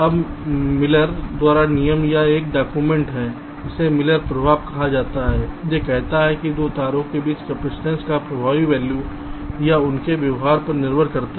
अब मिलर द्वारा नियम या एक डाक्यूमेंट है इसे मिलर प्रभाव कहा जाता है यह कहता है कि 2 तारों के बीच कपसिटंस का प्रभावी वैल्यू यह उनके व्यवहार पर निर्भर करता है